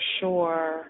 sure